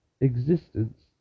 Existence